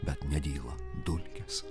bet nedyla dulkės